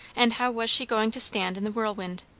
and how was she going to stand in the whirlwind?